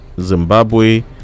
Zimbabwe